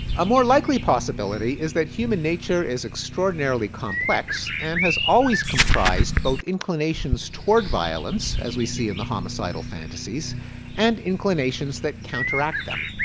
a more likely possibility is that human nature is extraordinarily complex and has always comprised both inclinations towards violence as we see in the homicidal fantasies and inclinations that counteract them.